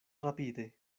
rapide